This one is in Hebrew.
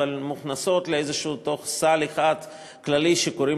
אבל מוכנסות לתוך איזה סל אחד כללי שקוראים